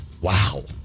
wow